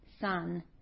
son